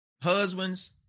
Husbands